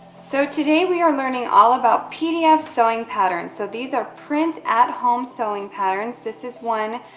so, today, we are learning all about pdf sewing patterns. so, these are print-at-home sewing patterns. this is one,